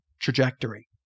trajectory